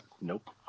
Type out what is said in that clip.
Nope